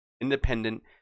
Independent